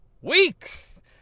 weeks